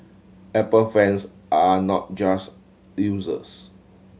apple fans are not just users